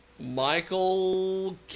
Michael